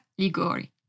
Ligori